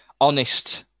honest